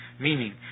meaning